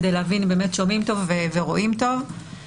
כדי להבין אם שומעים טוב ורואים טוב.